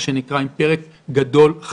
עם פרק גדול,